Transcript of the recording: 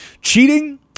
cheating